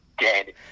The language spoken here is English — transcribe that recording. dead